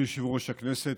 אדוני יושב-ראש הכנסת,